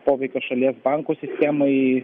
poveikio šalies bankų sistemai